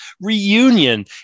reunion